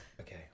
Okay